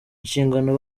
inshingano